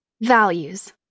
Values